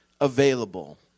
available